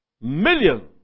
million